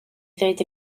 ddweud